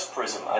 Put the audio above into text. Prism